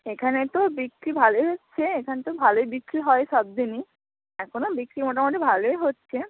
এখানে তো বিক্রি ভালোই হচ্ছে এখানে তো ভালোই বিক্রি হয় সব দিনই এখনো বিক্রি মোটামুটি ভালোই হচ্ছে